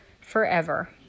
forever